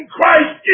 Christ